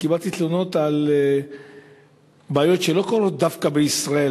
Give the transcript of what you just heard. אני קיבלתי תלונות על בעיות שלא קורות דווקא בישראל,